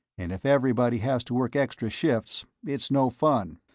and if everybody has to work extra shifts, it's no fun.